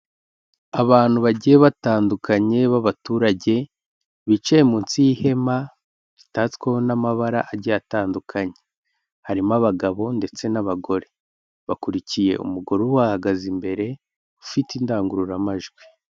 Abantu bagiye batandukanye b'abaturage bicaye munsi y'ihema ritatsweho n'amabara agiye atandukanye. Harimo abagabo ndetse n'abagore. Bakurikiye umugore ubahagaze imbere ufite indangururamajwi.